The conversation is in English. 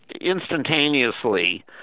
instantaneously